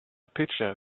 pitcher